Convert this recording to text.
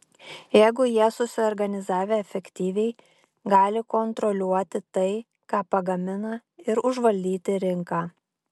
jeigu jie susiorganizavę efektyviai gali kontroliuoti tai ką pagamina ir užvaldyti rinką